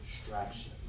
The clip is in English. distraction